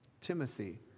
Timothy